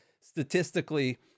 Statistically